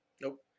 Nope